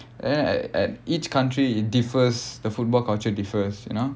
and then at at each country differs the football culture differs you know